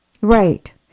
Right